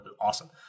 Awesome